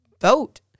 vote